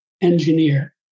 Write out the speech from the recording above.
engineer